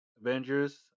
Avengers